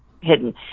hidden